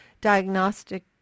Diagnostic